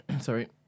Sorry